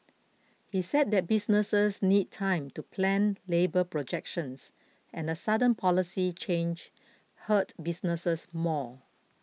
he said that businesses need time to plan labour projections and a sudden policy change hurt businesses more